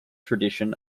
tradition